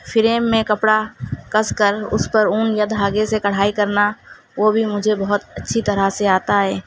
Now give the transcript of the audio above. frame میں کپڑا کس کر اس پر اون یا دھاگے سے کڑھائی کرنا وہ بھی مجھے بہت اچھی طرح سے آتا ہے